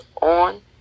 on